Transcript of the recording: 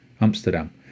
amsterdam